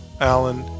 Alan